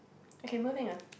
okay moving on